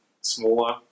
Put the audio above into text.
smaller